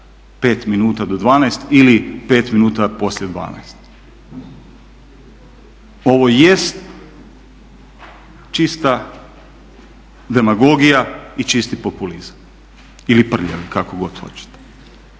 5 minuta do 12 ili 5 minuta poslije 12. Ovo jest čista demagogija i čisti populizam ili prljavi, kako god hoćete.